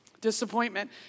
Disappointment